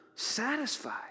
Satisfied